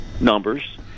numbers